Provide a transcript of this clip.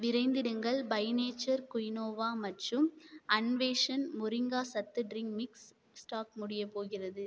விரைந்திடுங்கள் by nature quinoa மற்றும் அன்வேஷன் மொரிங்கா சத்து ட்ரிங்க் மிக்ஸ் ஸ்டாக் முடியப் போகிறது